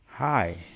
Hi